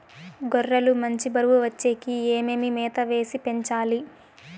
గొర్రె లు మంచి బరువు వచ్చేకి ఏమేమి మేత వేసి పెంచాలి?